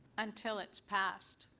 until it's passed.